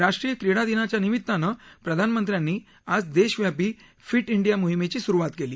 राष्ट्रीय क्रीडा दिनाच्या निमितानं प्रधानमंत्र्यांनी आज देशव्यापी फिट इंडिया मोहिमेची स्रुवात केली